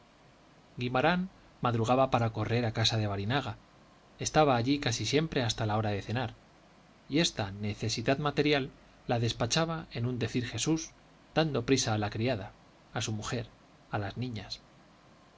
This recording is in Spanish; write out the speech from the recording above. guimarán madrugaba para correr a casa de barinaga estaba allí casi siempre hasta la hora de cenar y esta necesidad material la despachaba en un decir jesús dando prisa a la criada a su mujer a las niñas